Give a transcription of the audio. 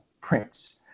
Prince